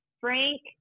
frank